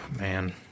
Man